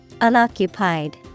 Unoccupied